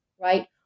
right